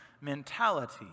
mentality